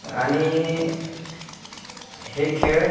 आणि हे खेळ